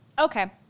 Okay